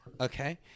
okay